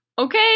Okay